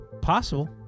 Possible